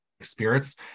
spirits